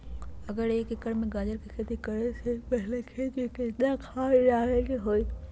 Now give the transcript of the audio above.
अगर एक एकर में गाजर के खेती करे से पहले खेत में केतना खाद्य डाले के होई?